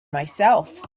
myself